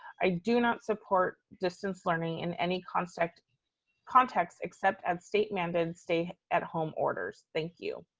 i do not support distance learning in any context context except at state mandated stay at home orders, thank you.